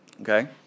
Okay